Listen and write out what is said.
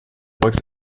box